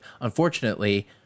Unfortunately